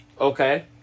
Okay